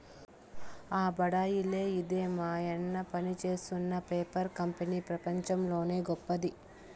ఆ బడాయిలే ఇదే మాయన్న పనిజేత్తున్న పేపర్ కంపెనీ పెపంచంలోనే గొప్పది